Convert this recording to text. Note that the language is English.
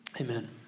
Amen